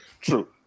True